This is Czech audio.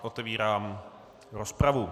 Otevírám rozpravu.